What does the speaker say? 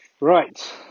Right